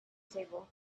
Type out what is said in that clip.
table